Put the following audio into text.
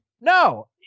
No